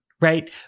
right